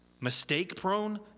mistake-prone